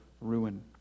ruin